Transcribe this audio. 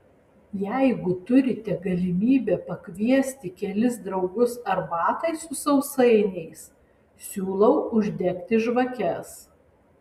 jeigu turite galimybę pakviesti kelis draugus arbatai su sausainiais siūlau uždegti žvakes